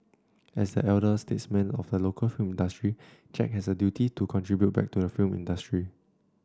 as the elder statesman of the local film industry Jack has a duty to contribute back to the film industry